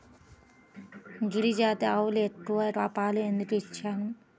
గిరిజాతి ఆవులు ఎక్కువ పాలు ఎందుకు ఇచ్చును?